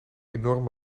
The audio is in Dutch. enorm